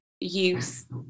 youth